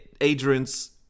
Adrian's